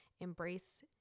embrace